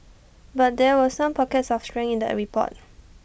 but there were some pockets of strength in the an report